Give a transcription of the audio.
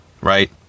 Right